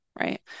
right